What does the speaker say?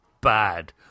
bad